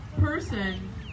person